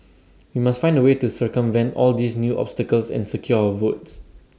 we must find A way to circumvent all these new obstacles and secure our votes